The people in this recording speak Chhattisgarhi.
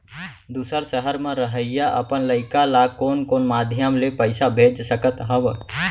दूसर सहर म रहइया अपन लइका ला कोन कोन माधयम ले पइसा भेज सकत हव?